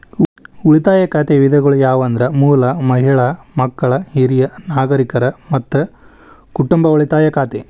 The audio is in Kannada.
ಉಳಿತಾಯ ಖಾತೆ ವಿಧಗಳು ಯಾವಂದ್ರ ಮೂಲ, ಮಹಿಳಾ, ಮಕ್ಕಳ, ಹಿರಿಯ ನಾಗರಿಕರ, ಮತ್ತ ಕುಟುಂಬ ಉಳಿತಾಯ ಖಾತೆ